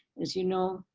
as you know,